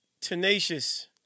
Tenacious